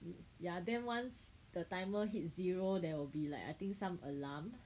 um ya then once the timer hit zero there will be like I think some alarm